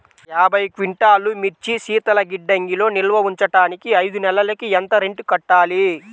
యాభై క్వింటాల్లు మిర్చి శీతల గిడ్డంగిలో నిల్వ ఉంచటానికి ఐదు నెలలకి ఎంత రెంట్ కట్టాలి?